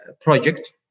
project